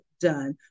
done